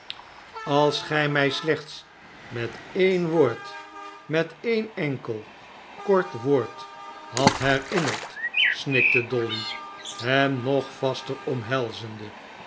als gij mij slechts met e'en woord met een enkel kort woord had herinnerd snikte dolly hem nog vaster omhelzende